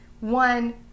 one